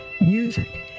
music